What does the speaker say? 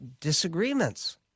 disagreements